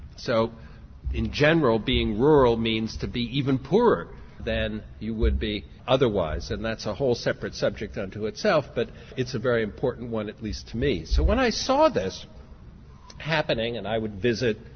so in general being rural means to be even poorer than you would be otherwise and that's a whole separate subject unto itself but it's a very important one, at least to me. so when i saw this happening and i would visit,